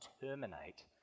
terminate